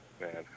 man